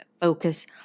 focus